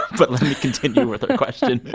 but let me continue with the question